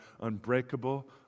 unbreakable